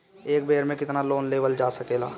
एक बेर में केतना लोन लेवल जा सकेला?